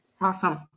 Awesome